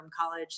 college